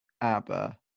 ABBA